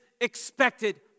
expected